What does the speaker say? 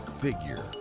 Figure